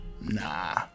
Nah